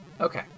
Okay